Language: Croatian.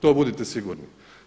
To budite sigurni.